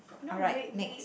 alright next